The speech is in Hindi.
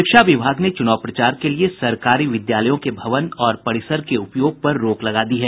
शिक्षा विभाग ने चूनाव प्रचार के लिये सरकारी विद्यालयों के भवन और परिसर के उपयोग पर रोक लगा दी है